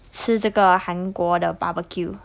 吃这个韩国的 barbecue